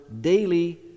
daily